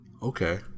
Okay